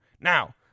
Now